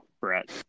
Brett